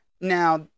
Now